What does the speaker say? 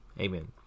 Amen